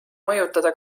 mõjutada